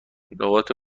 لغات